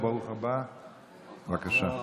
בבקשה.